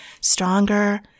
stronger